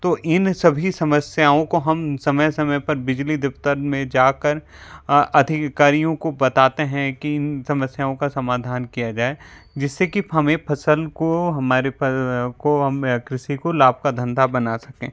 तो इन सभी समस्याओं को हम समय समय पर बिजली दफ़्तर में जाकर अधिकारियों को बताते हैं कि इन समस्याओं का समाधान किया जाए जिससे कि हमें फसल को हमारे प को हम कृषि को लाभ का धंधा बना सकें